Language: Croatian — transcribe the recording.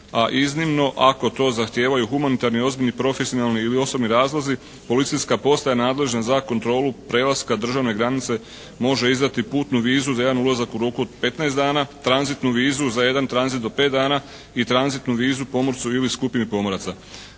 a iznimno ako to zahtijevaju humanitarni i ozbiljni profesionalni ili osobni razlozi. Policijska postaja nadležna za kontrolu prelaska državne granice može izdati putnu vizu za jedan ulazak u roku od 15 dana, tranzitnu vizu za jedan tranzit do 5 dana i tranzitnu vizu pomorcu ili skupini pomoraca.